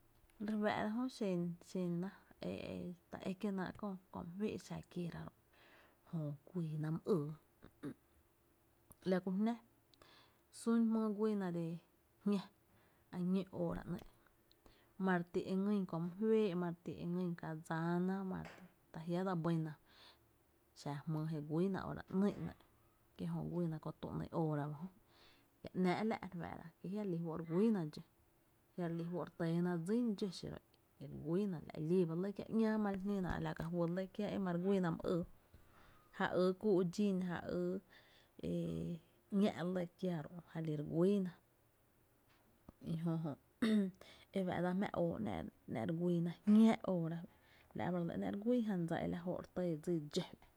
Re fáá’ra jö xen xena e e e ta é kie náá’ köö my féé’ xa kieera ro’ jö güiina my ïí la ku jná sún jmyy güiina de ‘jña a ñó óora ‘nɇɇ’ ma re ti, mare ti e ngýn ka dsá ná ta jiä’ dse bɇna xa jmýy e güiina óora ‘ny ‘nɇɇ’ kie’ jö güiina kö tú, ‘ny óora, jia’náá’ la’ re fáá’ra ki jiá’ re lí fó’ re güiina dxó, jia’ re lí fó’ re tɇɇna dsín dxó xiro e re güiina lá’, lii ba lɇ kiáá ‘ñáá ma li jnéna a la ka huý lɇ kiáá e ma re güiina my ÿy, ja yy kúu’ dxín ja ýy e ‘ñá’ lɇ kiaa ro’ jali re güina i jö jö i fa’ dsa jmá oo jö’, ‘ná’ re güiina jña’ óora fá’la’ ba re lɇ e re güii jan dsa e lña jóó’ re tɇɇ dsí fá’.